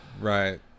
Right